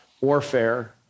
warfare